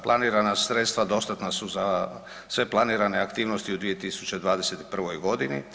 Planirana sredstva dostatna su za sve planirane aktivnosti u 2021. godini.